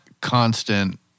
constant